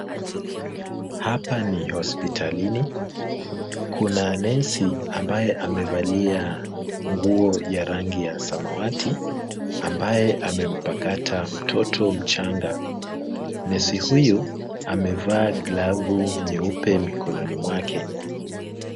Hapa ni hospitalini. Kuna nesi ambaye amevalia nguo ya rangi ya samawati ambaye amempakata mtoto mchanga. Nesi huyu amevaa glavu nyeupe mkononi mwake.